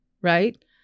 Right